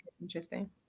interesting